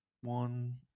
one